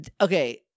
Okay